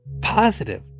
positive